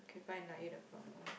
okay fine lah eight o-clock lah